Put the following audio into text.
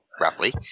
roughly